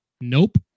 Nope